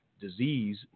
disease